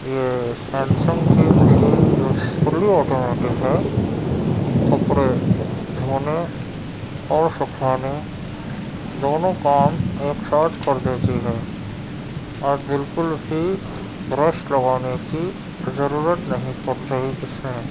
یہ سیمسنگ کی مشین جو فلی آٹومیٹک ہے کپڑے دھونے اور سکھانے دونوں کام ایک ساتھ کر دیتی ہے اور بالکل بھی برش لگانے کی ضرورت نہیں پڑ رہی کسی میں